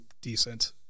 decent